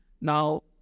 Now